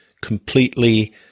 completely